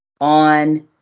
on